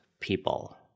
people